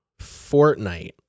Fortnite